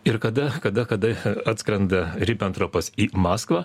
ir kada kada kada atskrenda ribentropas į maskvą